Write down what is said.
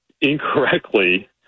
incorrectly